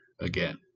again